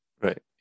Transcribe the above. Right